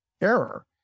error